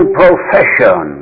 profession